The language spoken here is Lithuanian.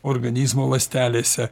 organizmo ląstelėse